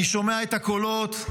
אני שומע את הקולות,